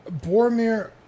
Boromir